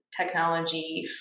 technology